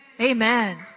Amen